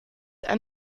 ein